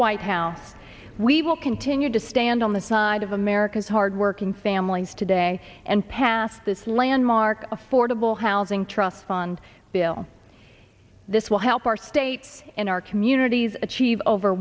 white house we will continue to stand on the side of america's hard working families today and pass this landmark affordable housing trust fund bill this will help our state in our communities achieve over